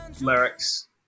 lyrics